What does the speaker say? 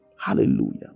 Hallelujah